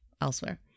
elsewhere